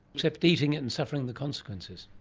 except eating it and suffering the consequences.